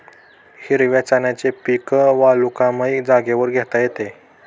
हिरव्या चण्याचे पीक वालुकामय जागेवर घेता येते